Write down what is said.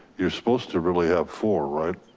you're supposed to really have four, right?